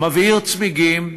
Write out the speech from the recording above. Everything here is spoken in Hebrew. מבעיר צמיגים,